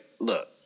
look